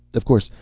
of course,